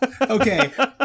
Okay